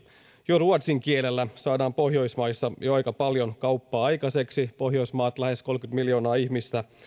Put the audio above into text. jo ruotsin kielellä saadaan pohjoismaissa aika paljon kauppaa aikaiseksi pohjoismaat lähes kolmekymmentä miljoonaa ihmistä